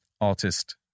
artist